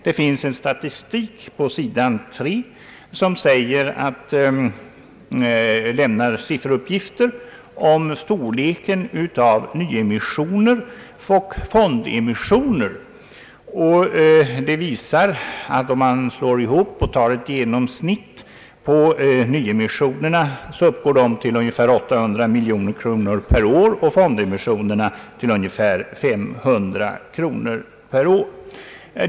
Det finns en statistik på sidan 3, där det lämnas sifferuppgifter om storleken av nyemissioner och fondemissioner. Om man räknar fram ett genomsnitt finner man att nyemissionerna uppgår till ungefär 800 miljoner kronor och fondemissionerna till omkring 500 miljoner kronor per år.